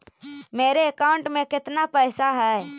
मेरे अकाउंट में केतना पैसा है?